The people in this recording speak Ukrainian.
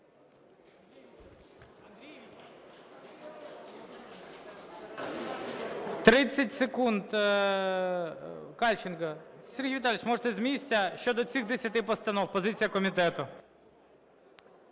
Сергій Віталійович, можете з місця щодо цих десяти постанов. Позиція комітету.